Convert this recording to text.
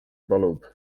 palub